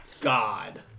God